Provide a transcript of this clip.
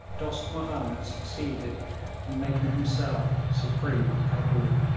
dost mahomed succeeded in making himself supreme at cabul,